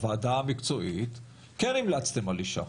הוועדה המקצועית כן המלצתם על אשה.